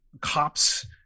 cops